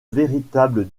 véritable